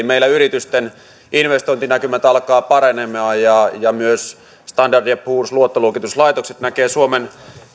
meillä yritysten investointinäkymät alkavat paranemaan ja myös standard poors ja muut luottoluokituslaitokset näkevät suomen